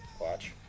watch